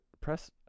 press